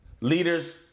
Leaders